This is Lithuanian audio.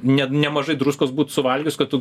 ne nemažai druskos būt suvalgius kad tu